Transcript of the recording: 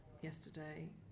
yesterday